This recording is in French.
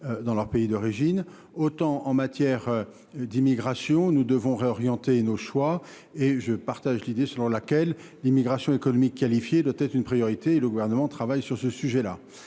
dans leur pays d’origine, autant, en matière d’immigration, nous devons réorienter nos choix. Je partage l’idée selon laquelle l’immigration économique qualifiée doit être une priorité : le Gouvernement y travaille. Très bien